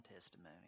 testimony